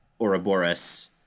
Ouroboros